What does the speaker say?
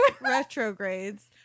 retrogrades